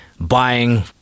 buying